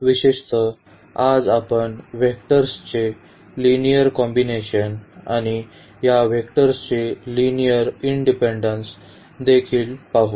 विशेषतः आज आपण वेक्टर्सचे लिनिअर कॉम्बिनेशन आणि या वेक्टर्सचे लिनिअर इंडिपेंडन्स देखील पाहू